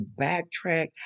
backtrack